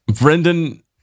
Brendan